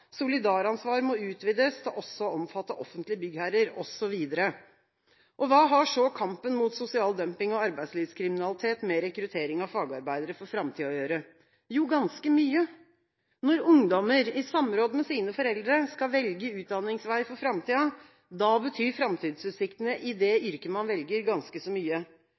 må utvides til også å omfatte offentlige byggherrer, osv. Hva har så kampen mot sosial dumping og arbeidslivskriminalitet med rekruttering av fagarbeidere for framtida å gjøre? Jo, ganske mye. Når ungdommer i samråd med sine foreldre skal velge utdanningsvei for framtida, betyr framtidsutsiktene i det yrket man velger, ganske så mye.